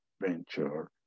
venture